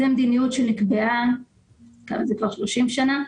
זו המדיניות שנקבעה וכך זה כבר 30 שנים.